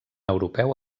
europeu